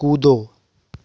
कूदो